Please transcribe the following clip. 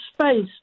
space